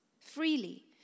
Freely